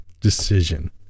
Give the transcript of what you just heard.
decision